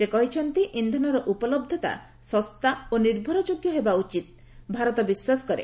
ସେ କହିଛନ୍ତି ଇନ୍ଧନର ଉପଲବ୍ଧତା ଶସ୍ତା ଓ ନିର୍ଭରଯୋଗ୍ୟ ହେବା ଉଚିତ ବୋଲି ଭାରତ ବିଶ୍ୱାସ କରେ